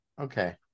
okay